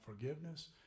forgiveness